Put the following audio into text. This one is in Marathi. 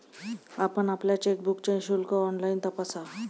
आपण आपल्या चेकबुकचे शुल्क ऑनलाइन तपासा